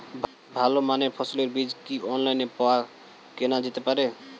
ভালো মানের ফসলের বীজ কি অনলাইনে পাওয়া কেনা যেতে পারে?